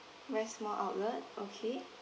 west mall outlet okay